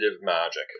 magic